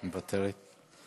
מוותרת.